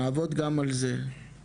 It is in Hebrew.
נעבוד גם על זה.